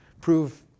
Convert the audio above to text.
prove